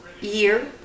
year